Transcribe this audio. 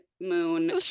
Moon